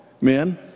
men